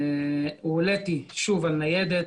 שוב הועליתי על ניידת.